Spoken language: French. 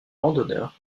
randonneurs